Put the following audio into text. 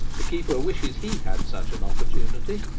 the keeper wishes he had such an opportunity.